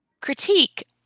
critique